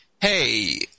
Hey